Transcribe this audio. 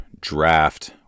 draft